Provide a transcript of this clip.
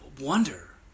wonder